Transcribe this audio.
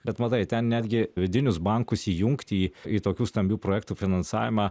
bet matai ten netgi vidinius bankus įjungti į į tokių stambių projektų finansavimą